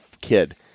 kid